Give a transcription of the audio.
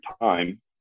time